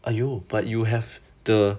!aiyo! but you have the